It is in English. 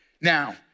Now